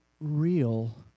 real